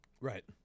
right